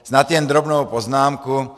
Snad jen drobnou poznámku.